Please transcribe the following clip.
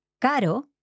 caro